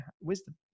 wisdom